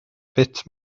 bit